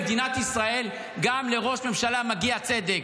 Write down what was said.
במדינת ישראל גם לראש ממשלה מגיע צדק,